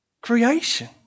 creation